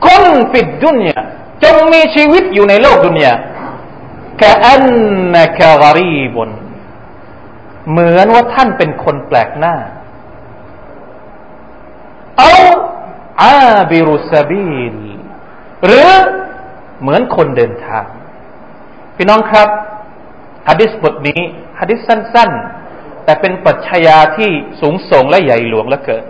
คนฟิดดุนยา จงมีชีวิตอยู่ในโลกดุนยา แค่อันนะแค่วารีบุน เหมือนว่าท่านเป็นคนแปลกหน้า เอาอาบิรุสบีล หรือเหมือนคนเดินทาง พี่น้องครับ ฮัดดิสบทนี้ฮัดดิสสั้นๆแต่เป็นปรัชญาที่สูงส่งและใหญ่หลวงเหลือเกิน